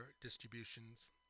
distributions